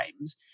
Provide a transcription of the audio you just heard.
times